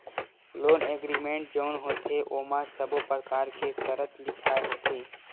loan agreement जउन होथे ओमा सब्बो परकार के सरत लिखाय होथे